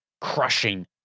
crushing